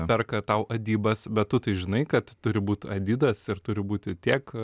perka tau adibas bet tu tai žinai kad turi būt adidas ir turi būti tiek